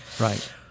right